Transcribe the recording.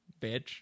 Bitch